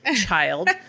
child